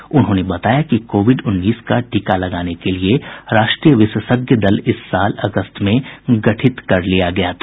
श्री भूषण ने बताया कि कोविड उन्नीस का टीका लगाने के लिए राष्ट्रीय विशेषज्ञ दल इस साल अगस्त में गठित कर लिया गया था